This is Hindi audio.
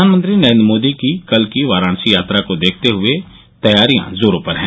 प्रधानमंत्री नरेन्द्र मोदी की कल की वाराणसी यात्रा को देखते हुए तैयारियां जोरों पर हैं